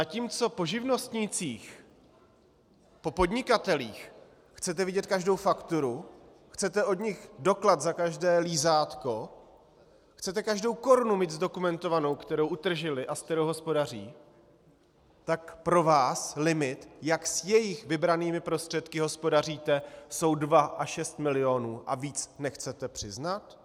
Zatímco po živnostnících, po podnikatelích chcete vidět každou fakturu, chcete od nich doklad za každé lízátko, chcete každou korunu mít zdokumentovanou, kterou utržili a se kterou hospodaří, tak pro vás limit, jak s jejich vybranými prostředky hospodaříte, jsou dva až šest milionů a víc nechcete přiznat?